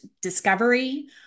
discovery